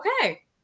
okay